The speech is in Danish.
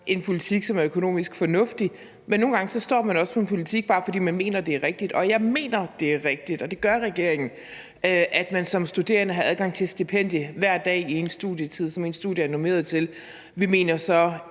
en politik, som er økonomisk fornuftig, men nogle gange står man også på mål for en politik, bare fordi man mener, den er rigtig, og jeg mener, det er rigtigt – og det gør regeringen også – at man som studerende har adgang til et stipendie hver dag i ens studietid, altså den tid, som ens studie er normeret til. Vi mener så